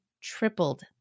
tripled